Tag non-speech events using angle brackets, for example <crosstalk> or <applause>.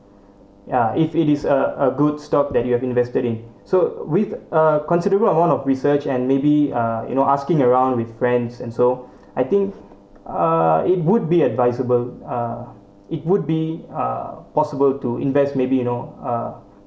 ya if it is a a good stock that you have invested in so with a considerable amount of research and maybe uh you know asking around with friends and so <breath> I think uh it would be advisable uh it would be uh possible to invest maybe you know uh